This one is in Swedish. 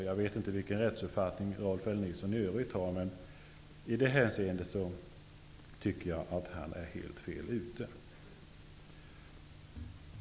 Jag vet inte vilken rättsuppfattning Rolf L Nilsson i övrigt har, men i det hänseendet tycker jag att han är helt fel ute.